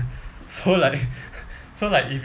so like so like if